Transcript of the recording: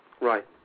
right